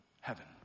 heaven